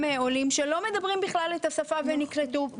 עולים שלא מדברים בכלל את השפה ונקלטו.